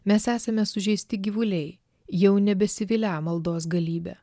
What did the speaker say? mes esame sužeisti gyvuliai jau nebesivilią maldos galybe